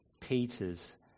Peters